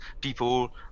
People